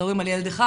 על ילד אחד?